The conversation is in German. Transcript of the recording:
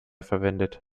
verwendet